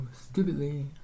stupidly